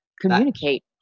communicate